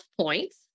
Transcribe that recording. points